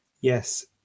yes